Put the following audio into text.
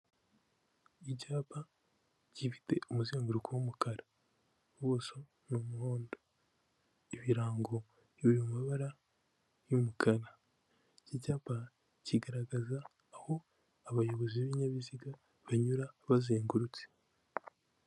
Icyapa gifite umuzenguruko w'umukara, ubuso ni umuhondo, ibirango biri mu mabara y'umukara, iki cyapa kigaragaza aho abayobozi b'ibinyabiziga banyura bazengurutse.